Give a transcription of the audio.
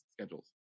schedules